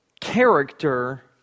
character